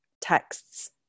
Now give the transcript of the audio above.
texts